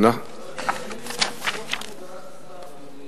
נוכח הודעת השר, אדוני היושב-ראש, אני